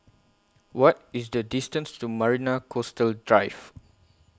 What IS The distance to Marina Coastal Drive